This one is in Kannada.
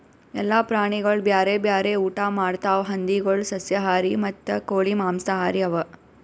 ಎಲ್ಲ ಪ್ರಾಣಿಗೊಳ್ ಬ್ಯಾರೆ ಬ್ಯಾರೆ ಊಟಾ ಮಾಡ್ತಾವ್ ಹಂದಿಗೊಳ್ ಸಸ್ಯಾಹಾರಿ ಮತ್ತ ಕೋಳಿ ಮಾಂಸಹಾರಿ ಅವಾ